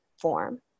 form